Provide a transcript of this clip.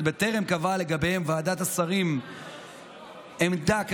בטרם קבעה לגביהן ועדת השרים עמדה כנדרש,